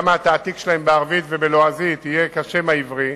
גם התעתיק שלהם בערבית ובלועזית יהיה כשם העברי,